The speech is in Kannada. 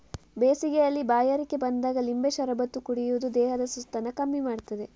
ಬೇಸಿಗೆಯಲ್ಲಿ ಬಾಯಾರಿಕೆ ಬಂದಾಗ ಲಿಂಬೆ ಶರಬತ್ತು ಕುಡಿಯುದು ದೇಹದ ಸುಸ್ತನ್ನ ಕಮ್ಮಿ ಮಾಡ್ತದೆ